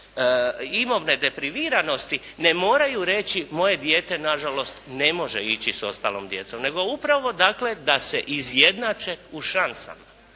imovne deprimiranosti ne moraju reći moje dijete nažalost ne može ići s ostalom djecom, nego upravo dakle, da se izjednače u šansama.